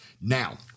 Now